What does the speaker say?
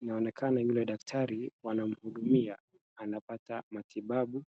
Inaonekana yule daktari wanamhudumia, anapata matibabu.